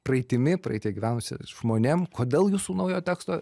praeitimi praeityje gyvenusia žmonėm kodėl jūsų naujo teksto